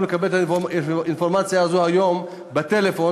לקבל את האינפורמציה הזאת היום בטלפון,